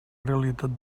realitat